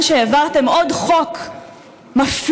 בזמן שהעברתם עוד חוק מפלה,